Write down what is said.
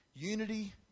Unity